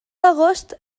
agost